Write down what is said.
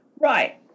Right